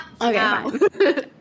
Okay